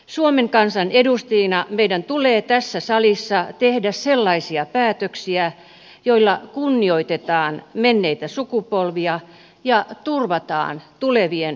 suomen kansan edustajina meidän tulee tässä salissa tehdä sellaisia päätöksiä joilla kunnioitetaan menneitä sukupolvia ja turvataan tulevien sukupolvien hyvinvointi